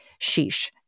Sheesh